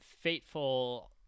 fateful